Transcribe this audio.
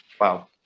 Wow